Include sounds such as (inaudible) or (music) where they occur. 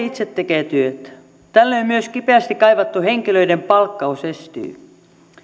(unintelligible) itse tekee työt tällöin myös kipeästi kaivattu henkilöiden palkkaus estyy